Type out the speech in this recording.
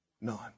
none